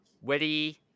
Witty